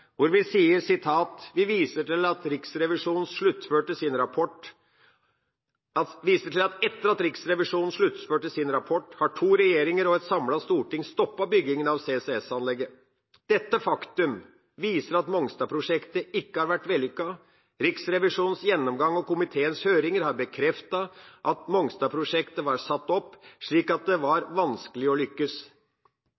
hvor vi «viser til at etter at Riksrevisjonen sluttførte sin rapport, har to regjeringer og et samlet storting stoppet bygging av CCS-anlegget. Dette faktum viser at Mongstad-prosjektet ikke har vært vellykket. Riksrevisjonens gjennomgang og komiteens høringer har bekreftet at Mongstad-prosjektet var satt opp slik at det var